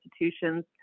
institutions